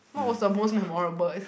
what was the most memorable